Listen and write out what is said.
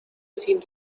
seemed